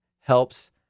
helps